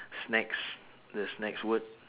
snacks the snacks word